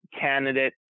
candidate